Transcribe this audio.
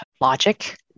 logic